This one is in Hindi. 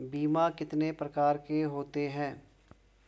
बीमा कितने प्रकार के होते हैं?